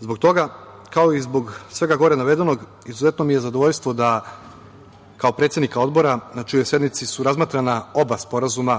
Zbog toga, kao i zbog svega gore navedenog, izuzetno mi je zadovoljstvo da kao predsednika Odbora na čijoj sednici su razmatrana oba sporazuma